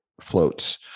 floats